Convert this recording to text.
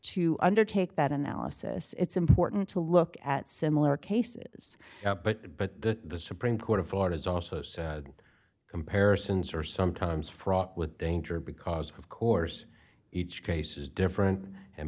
to undertake that analysis it's important to look at similar cases but but the supreme court of florida has also said comparisons are sometimes fraught with danger because of course each case is different and